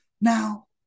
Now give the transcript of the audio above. Now